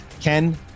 Ken